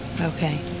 Okay